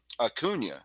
Acuna